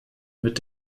mit